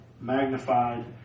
magnified